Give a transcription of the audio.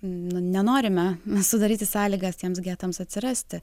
nu nenorime mes sudaryti sąlygas tiems getams atsirasti